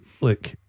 Look